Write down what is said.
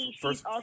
First